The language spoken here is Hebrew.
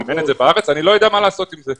אם אין זה בארץ, הוא לא יודע מה לעשות עם זה.